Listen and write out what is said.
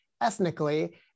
ethnically